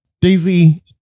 Daisy